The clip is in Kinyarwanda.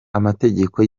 amategeko